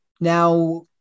now